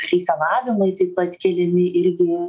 reikalavimai taip pat keliami ilgi